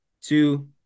two